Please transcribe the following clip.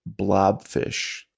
blobfish